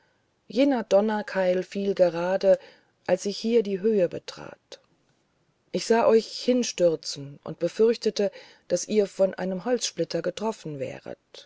jener donnerkeil fiel gerade als ich hier die höhe betrat ich sah euch hinstürzen und befürchtete daß ihr von einem holzsplitter getroffen wäret